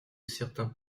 certains